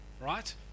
right